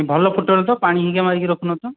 ଭଲ ପୋଟଳ ତ ପାଣି ହେରିକା ମାରିକି ରଖୁନ ତ